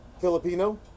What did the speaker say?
Filipino